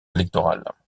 électorales